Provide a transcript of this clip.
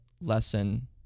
lesson